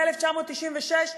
ב-1996,